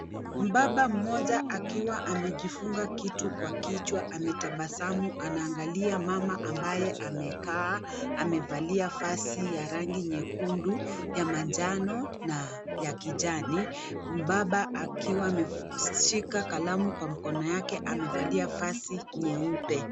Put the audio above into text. Mbaba mmoja akiwa amejifunga kitu Kwa kichwa ametabasamu anaangalia mama ambaye amekaa, amevalia vazi ya rangi nyekundu ,ya manjano na kijani, mbaba akiwa amesika kalamu Kwa mkono yake amevalia vazi nyeupe.